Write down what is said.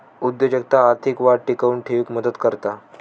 उद्योजकता आर्थिक वाढ टिकवून ठेउक मदत करता